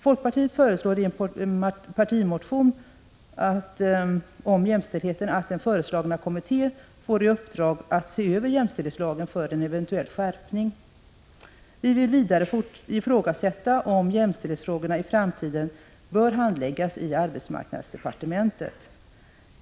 Folkpartiet föreslår i en partimotion om jämställdheten att den föreslagna kommittén får i uppdrag att även se över jämställdhetslagen i syfte att få en eventuell skärpning till stånd. Vi vill vidare ifrågasätta om jämställdhetsfrågorna i framtiden bör handläggas inom arbetsmarknadsdepartementet.